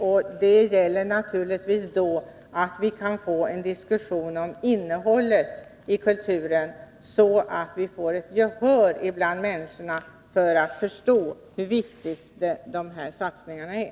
Men då gäller det naturligtvis att få en diskussion om innehållet i kulturen, så att vi får gehör bland människorna och skapar förståelse för hur viktiga satsningarna är.